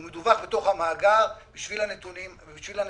הוא מדווח בתוך המאגר בשביל הנתונים הסטטיסטיים.